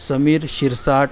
Sameer Shirsat